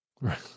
Right